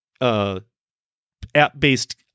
app-based